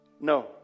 No